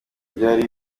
byari